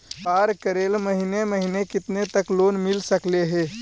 व्यापार करेल महिने महिने केतना तक लोन मिल सकले हे?